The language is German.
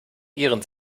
ihren